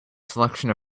selection